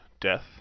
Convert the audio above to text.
Death